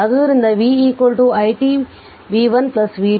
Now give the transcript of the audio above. ಆದ್ದರಿಂದ v it v1 v2 ಹಳೆಯ slide ಸಮಯ vn ವರೆಗೆ ಇರುತ್ತದೆ